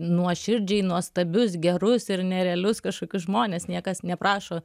nuoširdžiai nuostabius gerus ir nerealius kažkokius žmones niekas neprašo